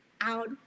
out